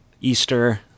Easter